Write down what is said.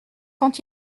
quand